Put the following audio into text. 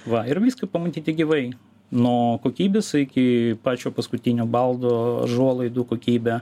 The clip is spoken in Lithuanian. va ir viską pamatyti gyvai nuo kokybės iki pačio paskutinio baldo ažuolaidų kokybę